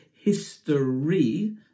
history